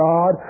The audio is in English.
God